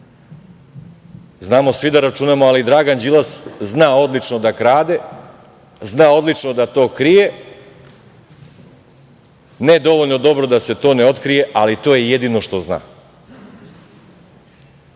Znamo svi da računamo, ali Dragan Đilas zna odlično da krade, zna odlično da to krije, ne dovoljno dobro da se to ne otkrije, ali to je jedino što zna. Bez